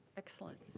excellent.